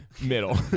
middle